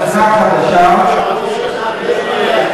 אזעקה חדשה,